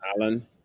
Alan